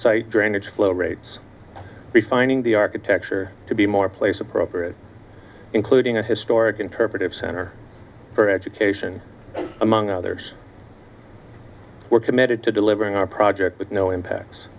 site drainage flow rates be finding the architecture to be more place appropriate including a historic interpretive center for education among others we're committed to delivering our project with no impacts